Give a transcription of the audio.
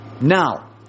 Now